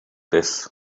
this